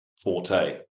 forte